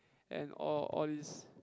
and all all these